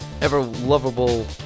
ever-lovable